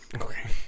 okay